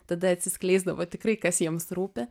tada atsiskleisdavo tikrai kas jiems rūpi